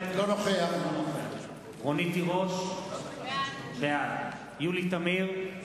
אינו נוכח רונית תירוש, בעד יולי תמיר,